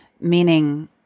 Meaning